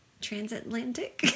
transatlantic